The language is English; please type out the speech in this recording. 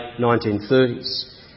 1930s